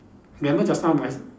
remember just now my